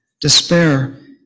despair